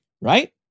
right